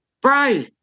bro